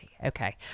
Okay